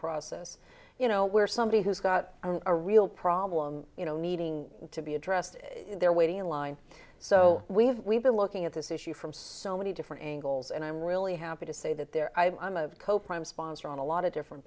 process you know where somebody who's got a real problem you know needing to be addressed and they're waiting in line so we've we've been looking at this issue from so many different angles and i'm really happy to say that they're i'm of coprime sponsor on a lot of different